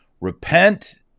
Repent